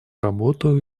работу